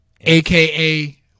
aka